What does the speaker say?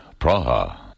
Praha